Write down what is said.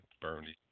Bernie